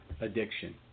Addiction